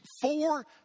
four